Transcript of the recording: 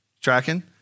Tracking